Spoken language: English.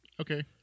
Okay